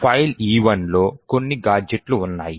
file e1 లో కొన్ని గాడ్జెట్లు ఉన్నాయి